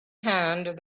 hand